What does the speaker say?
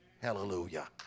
Hallelujah